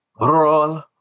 Roll